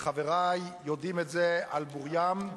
וחברי יודעים את זה על בוריו: